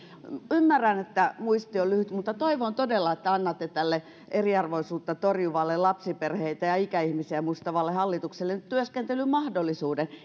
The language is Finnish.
ymmärrän että muisti on lyhyt mutta toivon todella että annatte tälle eriarvoisuutta torjuvalle lapsiperheitä ja ikäihmisiä muistavalle hallitukselle työskentelymahdollisuuden